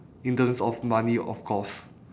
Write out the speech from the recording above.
in terms of money of course